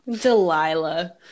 delilah